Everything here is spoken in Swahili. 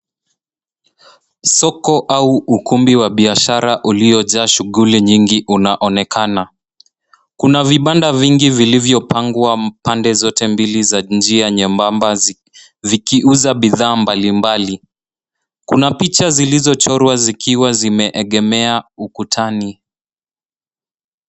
Soko au ukumbi wa biashara uliojaa shughuli nyingi unaonekana. Kuna vibanda vingi vilivyopangwa pande zote mbili za njia nyembamba vikiuza bidhaa mbalimbali. Kuna picha zilizochorwa zikiwa zimeegemea ukutani.